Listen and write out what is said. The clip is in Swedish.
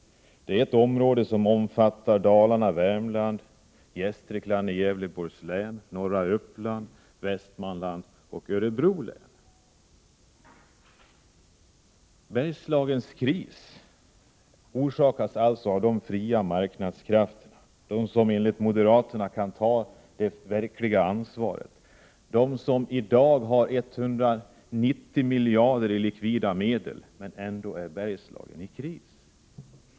Det är ett område som omfattar Dalarna, Värmland, Gästrikland i Gävleborgs län, norra Uppland, Västmanland och Örebro län. Bergslagens kris orsakas alltså av de fria marknadskrafter som enligt moderaterna kan ta det verkliga ansvaret och som i dag har 190 miljarder i likvida medel — men ändå är Bergslagen i kris.